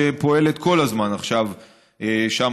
שפועלת כל הזמן עכשיו שם,